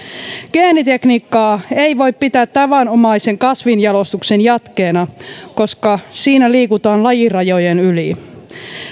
geenitekniikkaa ei voi pitää tavanomaisen kasvinjalostuksen jatkeena koska siinä liikutaan lajirajojen yli